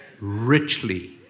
Richly